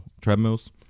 treadmills